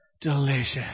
delicious